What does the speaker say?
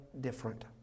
different